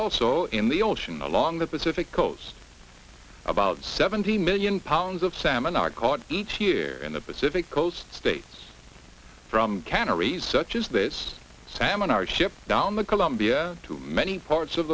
also in the ocean along the pacific coast about seventy million pounds of salmon are caught each year in the pacific coast states from canneries such as this salmon are shipped down the columbia to many parts of